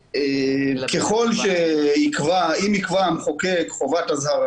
אם המחוקק יקבע חובת אזהרה,